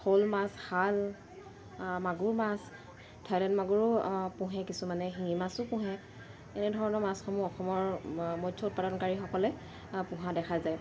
শ'ল মাছ শাল মাগুৰ মাছ থাইলেণ্ড মাগুৰো পোহে কিছুমানে শিঙি মাছো পোহে এনেধৰণৰ মাছসমূহ অসমৰ মৎস্য উৎপাদনকাৰীসকলে পোহা দেখা যায়